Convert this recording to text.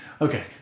Okay